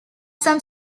some